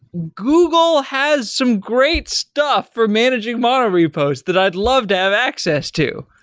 google has some great stuff for managing mono repos that i'd love to have access to.